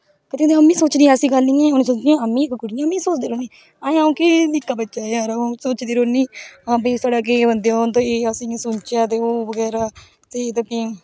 कंदे कंदे आऊं वी सोचनी हा मे वी इक कुडी हा में बी सोचदी रौहनी अजे आंऊ कि निक्का बच्चा हा सोचदी रौहनी हां भाई साढ़े हून ते अस एह् सुनचे बगैरा ते